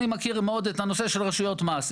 אני מכיר מאוד את הנושא של רשויות המס.